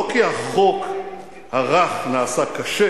לא כי החוק הרך נעשה קשה.